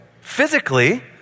physically